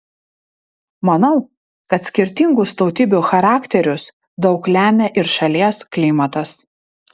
manau kad skirtingus tautybių charakterius daug lemia ir šalies klimatas